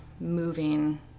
moving